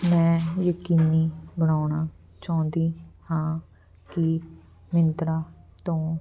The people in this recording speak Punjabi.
ਮੈਂ ਯਕੀਨੀ ਬਣਾਉਣਾ ਚਾਹੁੰਦੀ ਹਾਂ ਕਿ ਮਿੰਤਰਾ ਤੋਂ